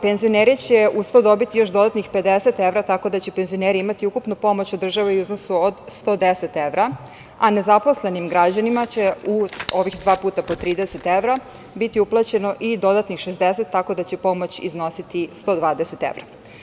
Penzioneri će uz to dobiti još dodatnih 50 evra, tako da će penzioneri imati ukupno pomoć od države u iznosu od 110 evra, a nezaposlenim građanima će u ovih dva puta po 30 evra biti uplaćeno i dodatnih 60, tako da će pomoć iznositi 120 evra.